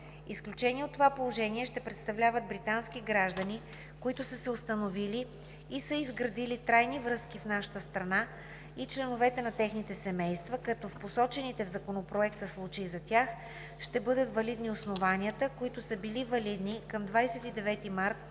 Изключение от това положение ще представляват британски граждани, които са се установили и са изградили трайни връзки с нашата страна, и членовете на техните семейства, като в посочените в Законопроекта случаи за тях ще бъдат валидни основанията, които са били валидни към 29 март